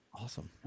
Awesome